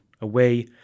away